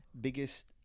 biggest